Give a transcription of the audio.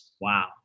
Wow